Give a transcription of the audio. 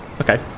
Okay